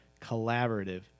collaborative